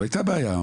הייתה בעיה.